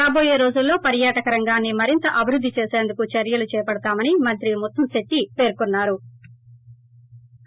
రాబోయే రోజుల్లో పర్యాటక రంగాన్సి మరింత అభివృద్ది చేసేందుకు చర్యలు చేపడతామని మంత్రి ముత్తంశెట్టి శ్రీనివాస్ పేర్కొన్నా రు